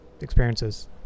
experiences